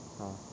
ah